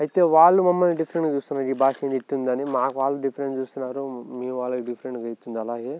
అయితే వాళ్ళు మమ్మల్ని డిఫరెంట్గా చూస్తున్నారు ఈ భాష ఏంది ఇట్టా ఉందని వాళ్ళు మమ్మల్ని డిఫరెంట్గా చూస్తున్నారు మేము వాళ్ళని డిఫరెంట్గా చూస్తున్నాం అలాగే